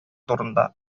турында